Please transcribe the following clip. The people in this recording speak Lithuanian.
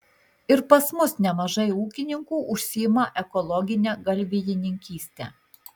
ir pas mus nemažai ūkininkų užsiima ekologine galvijininkyste